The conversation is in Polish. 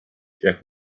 jak